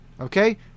Okay